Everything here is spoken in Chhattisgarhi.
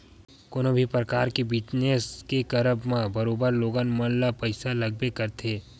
कोनो भी परकार के बिजनस के करब म बरोबर लोगन मन ल पइसा लगबे करथे